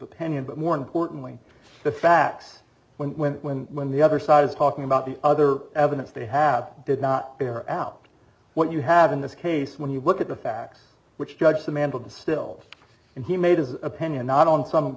opinion but more importantly the facts when when when when the other side is talking about the other evidence they have did not bear out what you have in this case when you look at the facts which judge the man with the still and he made his opinion not on some